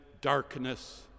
darkness